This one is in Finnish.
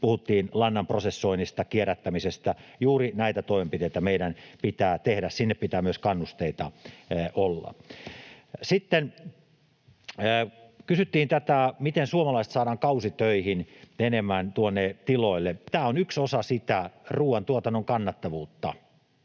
puhuttiin lannan prosessoinnista, kierrättämisestä — juuri näitä toimenpiteitä meidän pitää tehdä. Sinne pitää myös kannusteita olla. Sitten kysyttiin, miten suomalaisia saadaan enemmän kausitöihin tuonne tiloille. Tämä on yksi osa sitä ruoantuotannon kannattavuutta.